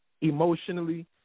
emotionally